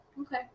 okay